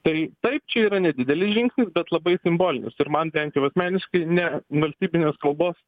tai taip čia yra nedidelis žingsnis bet labai simbolinis ir man bent jau asmeniškai ne valstybinės kalbos